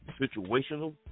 situational